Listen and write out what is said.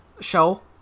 show